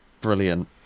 Brilliant